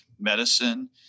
medicine